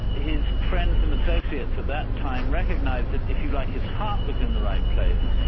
and his friends and associates at that time recognised that if you like his heart was in the right place,